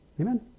Amen